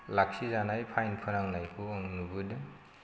लाखि जानाय फाइन फोनांनायखौ आं नुबोदों